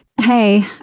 Hey